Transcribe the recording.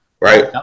right